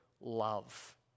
love